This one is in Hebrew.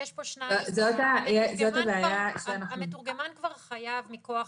יש פה --- המתורגמן כבר חייב מכוח